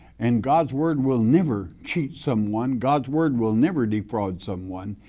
and god's word will never cheat someone. god's word will never defraud someone.